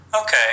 Okay